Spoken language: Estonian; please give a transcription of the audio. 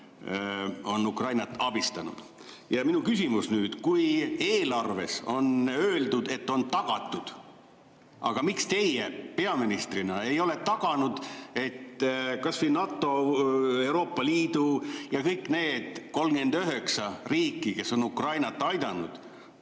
on Ukrainat abistanud. Ja minu küsimus nüüd. Eelarves on öeldud, et on tagatud, aga miks teie peaministrina ei ole taganud, et kas või NATO, Euroopa Liit, kõik need 39 riiki, kes on Ukrainat aidanud,